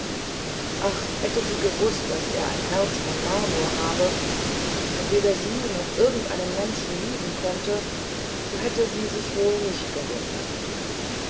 ach hätte sie gewußt daß er ein herz von marmor habe und weder sie noch irgendeinen menschen lieben könnte so hätte sie sich wohl nicht gewundert